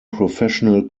professional